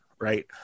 right